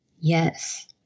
yes